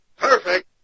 Perfect